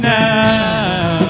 now